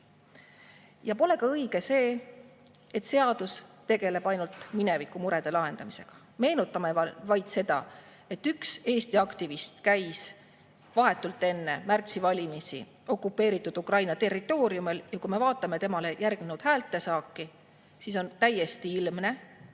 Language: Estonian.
Ja pole ka õige see, et seadus tegeleb ainult minevikumurede lahendamisega. Meenutame kas või seda, et üks Eesti aktivist käis vahetult enne märtsivalimisi okupeeritud Ukraina territooriumil, ja kui me vaatame tema häältesaaki, mis [sellele